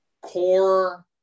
core